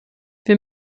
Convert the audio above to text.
wir